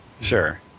Sure